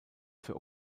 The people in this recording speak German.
für